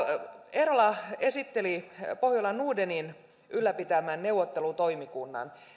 eerola esitteli pohjola nordenin ylläpitämän neuvottelutoimikunnan